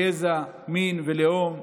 גזע, מין ולאום.